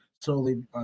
slowly